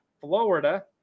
Florida